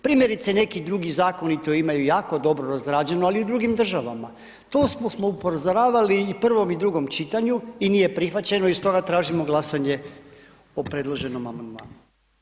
Primjerice, neki drugi Zakoni to imaju jako dobro razrađeno, ali u drugim državama, to smo upozoravali i u prvom, i drugom čitanju, i nije prihvaćeno, i stoga tražimo glasanje o predloženom amandmanu.